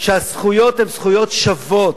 שהזכויות הן זכויות שוות,